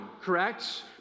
correct